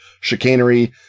chicanery